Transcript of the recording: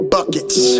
Buckets